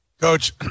Coach